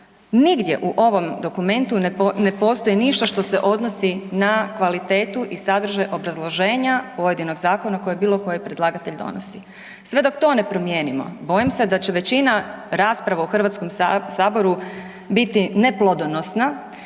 nigdje u ovom dokumentu ne postoji ništa što se odnosi na kvalitetu i sadržaj obrazloženja pojedinog zakona koje bilo koji predlagatelj donosi. Sve dok to ne promijenimo, bojim se da će većina rasprava u HS-u biti neplodonosna